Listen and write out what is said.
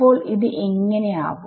അപ്പോൾ ഇത് ഇങ്ങനെ ആവും